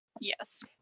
Yes